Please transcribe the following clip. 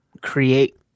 create